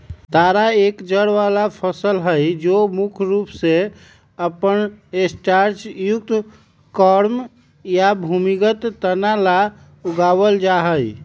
तारा एक जड़ वाला फसल हई जो मुख्य रूप से अपन स्टार्चयुक्त कॉर्म या भूमिगत तना ला उगावल जाहई